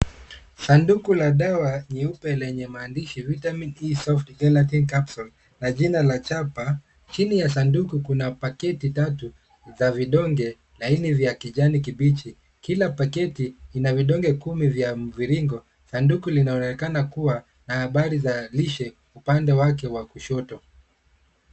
Sanduku la dawa nyeupe lenye maandishi, vitamin E soft gelatin capsules, na jina la chapa. Chini ya sanduku kuna paketi tatu za vidonge laini vya kijani kibichi. Kila paketi ina vidonge kumi vya mviringo. Sanduku linaonekana kuwa na habari za lishe upande wake wa kushoto.